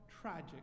tragic